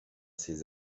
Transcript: ses